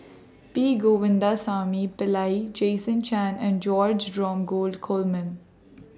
P Govindasamy Pillai Jason Chan and George Dromgold Coleman